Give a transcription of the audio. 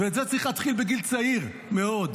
ואת זה צריך להתחיל בגיל צעיר מאוד.